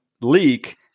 leak